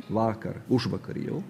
vakar užvakar jau